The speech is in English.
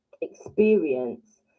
experience